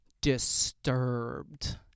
disturbed